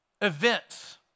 events